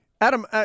Adam